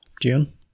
June